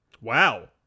Wow